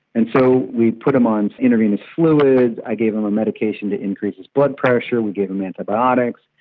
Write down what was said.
and so we put him on intravenous fluid, i gave him a medication to increase his blood pressure, we gave him antibiotics,